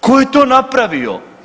Ko je to napravio?